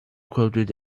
quoted